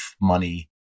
money